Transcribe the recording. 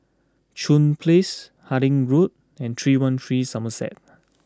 Chuan Place Harding Road and three one three Somerset